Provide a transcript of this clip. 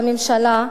לממשלה,